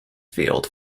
field